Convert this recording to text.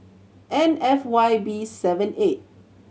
N F Y B seven eight